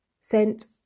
sent